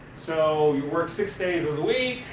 so, you work six days of the week,